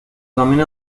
camino